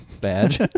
badge